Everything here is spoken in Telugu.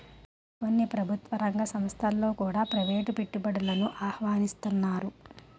కొన్ని ప్రభుత్వ రంగ సంస్థలలో కూడా ప్రైవేటు పెట్టుబడులను ఆహ్వానిస్తన్నారు